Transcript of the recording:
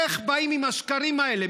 איך באים עם השקרים האלה?